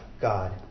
God